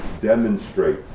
demonstrate